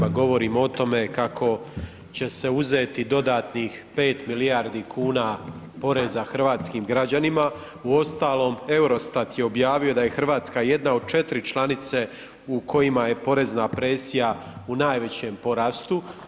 Mi danima govorimo o tome kako će se uzeti dodatnih 5 milijardi kuna poreza hrvatskim građanima, uostalom EUROSTAT je objavio da je Hrvatska jedna od četiri članice u kojima je porezna presija u najvećem porastu.